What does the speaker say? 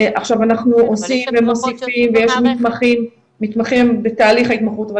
אנחנו עושים ומוסיפים ויש מתמחים בתהליך ההתמחות --- כן,